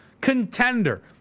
contender